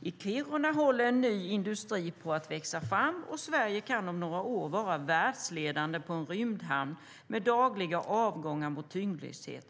"I Kiruna håller en ny industri på att växa fram och Sverige kan om några år vara världsledande på en rymdhamn med dagliga avgångar mot tyngdlöshet.